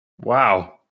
Wow